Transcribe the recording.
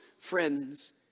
friends